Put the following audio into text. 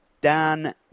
Dan